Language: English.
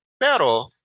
Pero